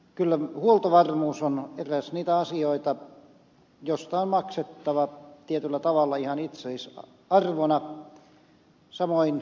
kyllä huoltovarmuus on eräs niitä asioita joista on maksettava tietyllä tavalla ihan itseisarvona samoin turvallisuus